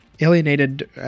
alienated